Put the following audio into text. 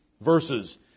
verses